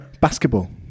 Basketball